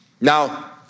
Now